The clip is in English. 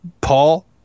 Paul